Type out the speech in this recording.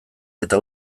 eta